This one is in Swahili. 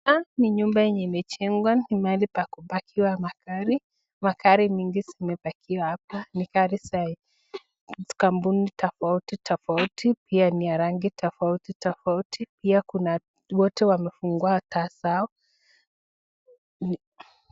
Hapa ni nyumba yenye imejengwa ni mahali penye pa kupakiwa magari, magari nyingi zimepakiwa hapa magari za kampuni tofauti tofauti pia ni ya rangi tofautitofauti pia wote wamefungua taa zao.